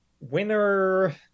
Winner